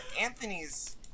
Anthony's